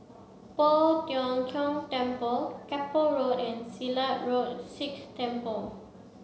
Poh Tiong Kiong Temple Keppel Road and Silat Road Sikh Temple